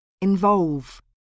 Involve